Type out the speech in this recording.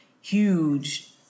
huge